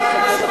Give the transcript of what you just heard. מדיניות מופקרת,